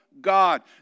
God